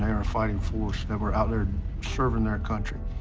um were a fighting force that were out there serving their country.